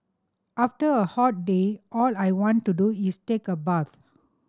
after a hot day all I want to do is take a bath